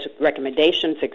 recommendations